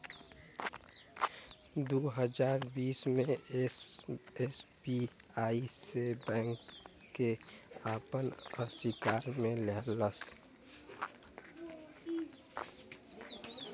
दू हज़ार बीस मे एस.बी.आई येस बैंक के आपन अशिकार मे ले लेहलस